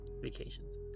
vacations